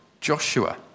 Joshua